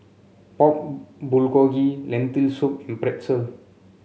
Pork Bulgogi Lentil Soup and Pretzel